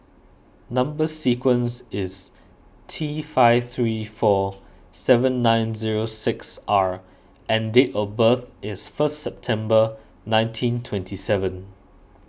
Number Sequence is T five three four seven nine zero six R and date of birth is first September nineteen twenty seven